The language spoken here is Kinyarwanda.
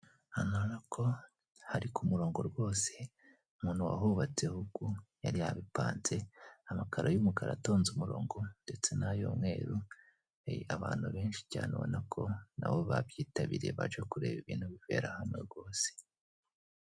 Hano urabona ko hari kumurongo rwose umuntu wahubatseho uku yari yabipanze, amakaro y'umukara atonze umurongo ndetse n'ay'umweru, abantu benshi cyane ubona ko nabo babyitabiriye baje kureba ibintu bibera hano rwose.